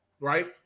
right